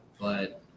But-